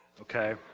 okay